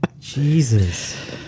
Jesus